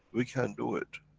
we can do it,